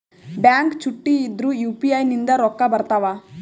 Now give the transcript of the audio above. Bank ಚುಟ್ಟಿ ಇದ್ರೂ UPI ನಿಂದ ರೊಕ್ಕ ಬರ್ತಾವಾ?